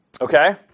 Okay